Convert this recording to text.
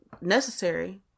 necessary